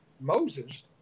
Moses